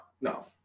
No